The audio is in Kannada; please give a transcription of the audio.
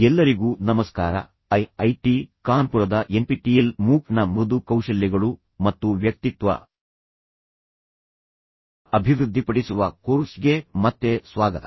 ಎಲ್ಲರಿಗೂ ನಮಸ್ಕಾರ ಐ ಐ ಟಿ ಕಾನ್ಪುರದ ಎನ್ಪಿಟಿಇಎಲ್ ಮೂಕ್ ನ ಮೃದು ಕೌಶಲ್ಯಗಳು ಮತ್ತು ವ್ಯಕ್ತಿತ್ವ ಅಭಿವೃದ್ಧಿಪಡಿಸುವ ಕೋರ್ಸ್ ಗೆ ಮತ್ತೆ ಸ್ವಾಗತ